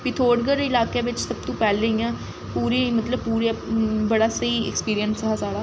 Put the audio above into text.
पिथोरगढ़ इलाके बिच्च सब तों पैह्लें इ'यां पूरी मतलब पूरा बड़ा स्हेई अक्सपिरिंस हा साढ़ा